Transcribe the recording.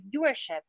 viewership